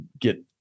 get